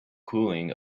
cooling